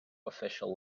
official